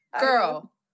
girl